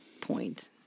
point